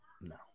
No